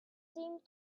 seemed